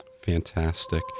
Fantastic